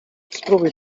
spróbuj